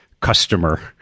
customer